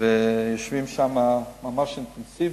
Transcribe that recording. ויושבים שם ממש אינטנסיבי.